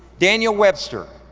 daniel webster.